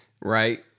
Right